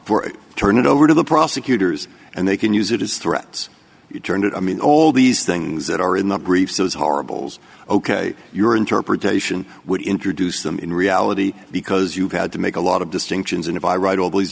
for turn it over to the prosecutors and they can use it as threats it turned out i mean all these things that are in the briefs those horribles ok your interpretation would introduce them in reality because you had to make a lot of distinctions and if i write all these